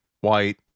white